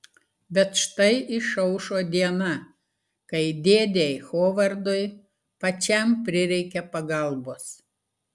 bet štai išaušo diena kai dėdei hovardui pačiam prireikia pagalbos